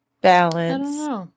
balance